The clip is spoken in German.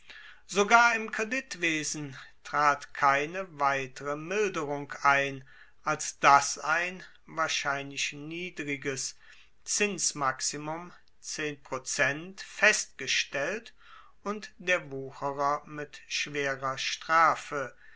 sogar im kreditwesen trat keine weitere milderung ein als dass ein wahrscheinlich niedriges zinsmaximum festgestellt und der wucherer mit schwerer strafe